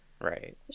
right